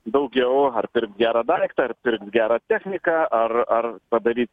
daugiau ar pirkt gerą daiktą ar pirkt gerą techniką ar ar padary